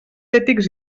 ètics